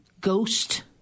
ghost